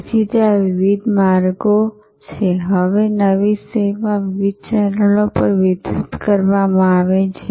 તેથી ત્યાં વિવિધ માર્ગો છે હવે નવી સેવા વિવિધ ચેનલો પર વિતરિત કરવામાં આવે છે